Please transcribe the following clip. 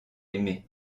aimé